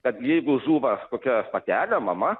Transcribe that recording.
kad jeigu žūva kokia patelė mama